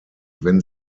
wenn